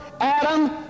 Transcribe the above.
Adam